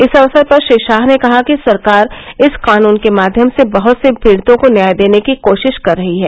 इस अवसर पर श्री शाह ने कहा कि सरकार इस कानून के माध्यम से बहुत से पीड़ितों को न्याय देने की कोशिश कर रही है